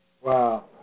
Wow